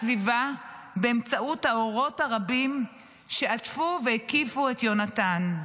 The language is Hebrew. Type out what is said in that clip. הסביבה באמצעות האורות הרבים שעטפו והקיפו את יהונתן.